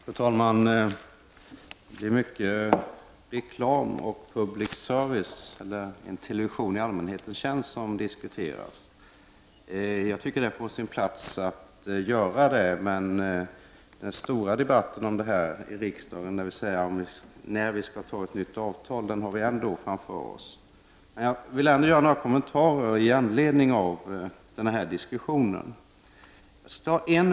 Fru talman! Det är mycket reklam och public service — eller en television i allmänhetens tjänst — som man diskuterar. Jag tycker att det är på sin plats att göra det. Men den stora debatten i riksdagen om detta, dvs. när vi skall ha ett nytt avtal, har vi ändå framför oss. Jag vill dock göra några kommentarer i anledning av den här diskussionen.